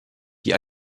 die